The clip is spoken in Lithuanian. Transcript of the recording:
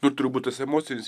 ir turbūt tas emocinis